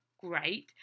great